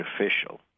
official